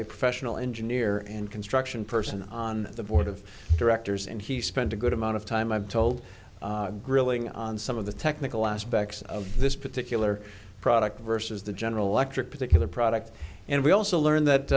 a professional engineer and construction person on the board of directors and he spent a good amount of time i've told grilling on some of the technical aspects of this particular product versus the general electric particular product and we also learned